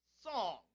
song